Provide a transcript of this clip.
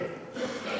כן.